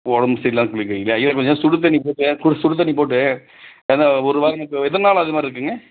உடம்பு சரியில்லைன்னு குளிக்க வைக்கலையா இல்லை கொஞ்சம் சுடு தண்ணி போட்டு குளி சுடு தண்ணி போட்டு ஏன்னால் ஒரு வாரம் இப்போ எத்தனை நாளாக அது மாதிரி இருக்குதுங்க